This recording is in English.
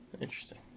interesting